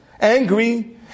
angry